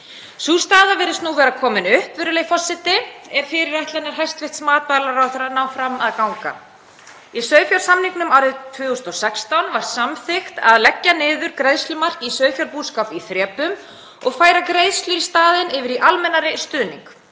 Sú staða virðist nú vera komin upp, virðulegi forseti, ef fyrirætlanir hæstv. matvælaráðherra ná fram að ganga. Í sauðfjársamningnum árið 2016 var samþykkt að leggja niður greiðslumark í sauðfjárbúskap í þrepum og færa greiðslur í staðinn yfir í almennari stuðning.